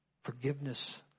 Forgiveness